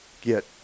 get